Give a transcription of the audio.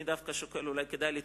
אני דווקא שוקל שאולי כדאי לתמוך,